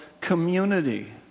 community